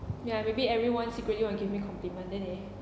ya maybe everyone secretly want to give me compliment then they